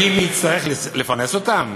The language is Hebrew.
יודעים מי יצטרך לפרנס אותם?